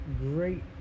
Great